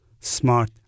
smart